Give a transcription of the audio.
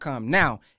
Now